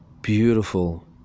beautiful